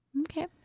okay